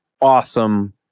awesome